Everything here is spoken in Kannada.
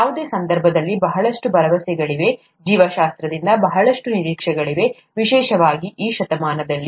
ಯಾವುದೇ ಸಂದರ್ಭದಲ್ಲಿ ಬಹಳಷ್ಟು ಭರವಸೆಗಳಿವೆ ಜೀವಶಾಸ್ತ್ರದಿಂದ ಬಹಳಷ್ಟು ನಿರೀಕ್ಷೆಗಳಿವೆ ವಿಶೇಷವಾಗಿ ಈ ಶತಮಾನದಲ್ಲಿ